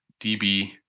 DB